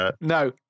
no